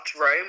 Rome